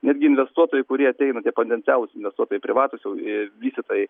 netgi investuotojai kurie ateina tie potencialūs investuotojai privatūs jau vystytojai